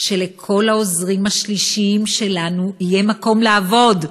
שלכל העוזרים השלישיים שלנו יהיה מקום לעבוד.